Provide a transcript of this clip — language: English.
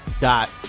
dot